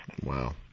wow